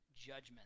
judgment